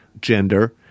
gender